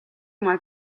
mois